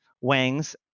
Wangs